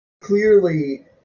clearly